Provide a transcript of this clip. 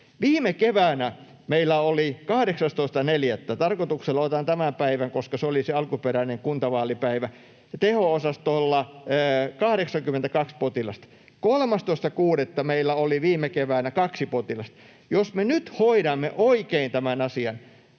viime keväänä, 18.4. — tarkoituksella otan tämän päivän, koska se oli se alkuperäinen kuntavaalipäivä — teho-osastolla 82 potilasta, 13.6. meillä oli viime keväänä kaksi potilasta. Jos me nyt hoidamme oikein tämän asian